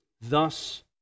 Thus